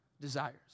desires